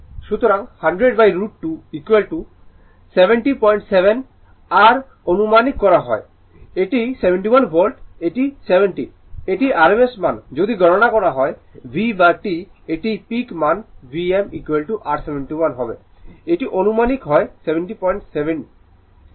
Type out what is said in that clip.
সুতরাং 100√ 2 707 r আনুমানিক করা হয় এটি 71 ভোল্ট এটি 70 এটি rms মান আর যদি গণনা করা হয় v বা t এটি পিক মান v m r 71 এটি আনুমানিক হয় 707